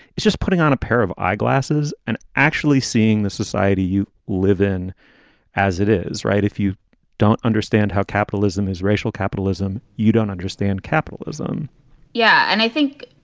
it's just putting on a pair of eyeglasses and actually seeing the society you live in as it is. right. if you don't understand how capitalism is racial capitalism, you don't understand capitalism yeah. and i think,